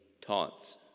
taunts